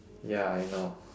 ya I know